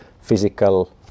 physical